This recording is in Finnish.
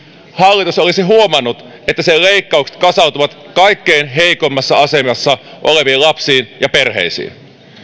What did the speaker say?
hallitus olisi huomannut että sen leikkaukset kasautuvat kaikkein heikoimmassa asemassa oleviin lapsiin ja perheisiin